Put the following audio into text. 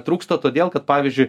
trūksta todėl kad pavyzdžiui